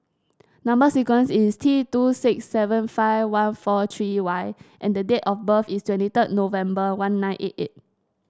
number sequence is T two six seven five one four three Y and the date of birth is twenty third November one nine eight eight